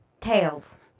Tails